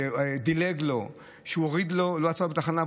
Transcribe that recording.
שדילג על תחנה,